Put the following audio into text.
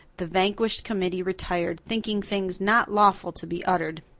the vanquished committee retired, thinking things not lawful to be uttered.